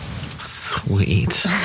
Sweet